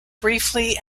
briefly